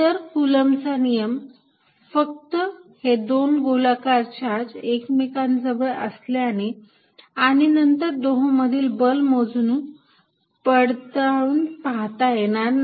तर कुलम्ब चा नियम फक्त हे दोन गोलाकार चार्ज एकमेकांजवळ आणल्याने आणि नंतर दोन्हींमधील बल मोजून पडताळून पाहता येणार नाही